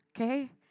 okay